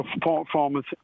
performance